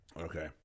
Okay